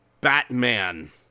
Batman